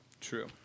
True